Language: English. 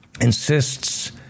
insists